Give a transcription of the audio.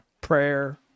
Prayer